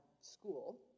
school